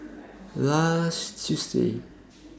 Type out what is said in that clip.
last Tuesday